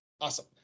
Awesome